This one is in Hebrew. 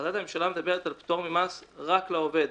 החלטת הממשלה מדברת על פטור ממס רק לעובד,